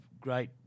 great